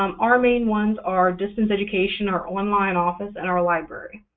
um our main ones are distance education, our online office, and our library.